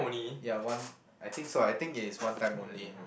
ya one I think so I think it is one time only